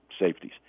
safeties